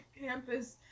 campus